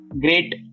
great